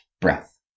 breath